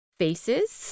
faces